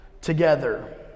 together